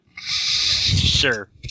Sure